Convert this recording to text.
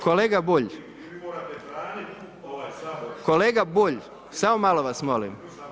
Kolega Bulj, kolega Bulj samo malo vas molim.